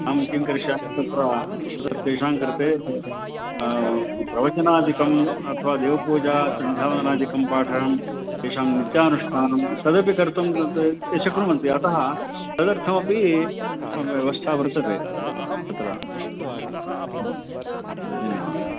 अहं किं करिष्यामि तत्र तद् तेषां कृते प्रवचनादिकम् अथवा देवपूजा सन्ध्यावनादिकं पाठं तेषां नित्यानुष्ठानं तदपि कर्तुं ते ते शक्नुवन्ति अतः तदर्थमपि हा व्यवस्था वर्तते तत्र धन्यवाद